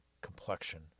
complexion